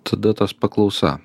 tada tas paklausa